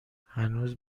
هنوز